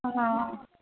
हँ